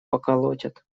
поколотят